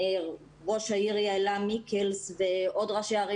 מראש העיר יעלה מקליס ועוד ראשי ערים